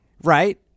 Right